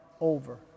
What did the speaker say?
over